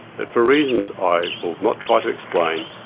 but for reasons i will not try to explain,